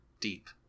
deep